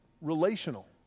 relational